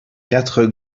quatre